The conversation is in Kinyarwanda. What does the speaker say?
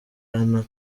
hano